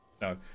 no